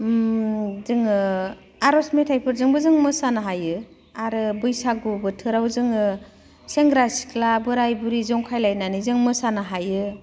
जोङो आर'ज मेथाइफोरजोंबो जों मोसानो हायो आरो बैसागु बोथोराव जोङो सेंग्रा सिख्ला बोराइ बुरि जंखायलायनानै जों मोसानो हायो